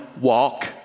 walk